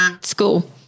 School